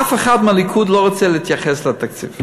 אף אחד מהליכוד לא רוצה להתייחס לתקציב,